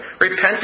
repenting